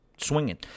swinging